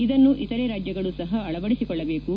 ಇದನ್ನು ಇತರೆ ರಾಜ್ಯಗಳು ಸಹ ಅಳವಡಿಸಿಕೊಳ್ಳಬೇಕು